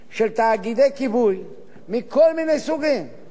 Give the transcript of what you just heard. והיו המון-המון מקרים במדינת ישראל שהיו תקופות